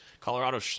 Colorado